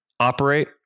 operate